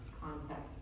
context